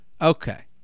Okay